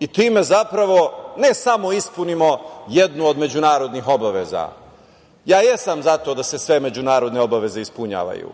i time, zapravo, ne samo ispunimo jednu od međunarodnih obaveza, ja jesam za to da se sve međunarodne obaveze ispunjavaju,